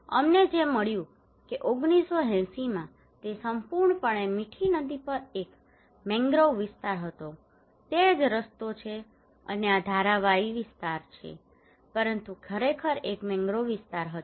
અમને જે મળ્યું કે 1980 માં તે સંપૂર્ણપણે મીઠી નદી પર એક મેંગ્રોવ વિસ્તાર હતો તે જ રસ્તો છે અને આ ધારાવી વિસ્તાર છે પરંતુ તે ખરેખર એક મેંગ્રોવ વિસ્તાર હતો